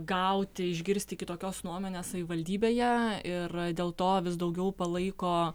gauti išgirsti kitokios nuomonės savivaldybėje ir dėl to vis daugiau palaiko